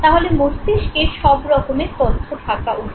তাহলে মস্তিষ্কে সব রকমের তথ্য থাকা উচিত